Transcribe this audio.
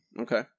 Okay